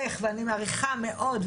אני מעריכה מאוד,